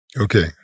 Okay